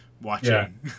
watching